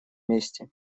месте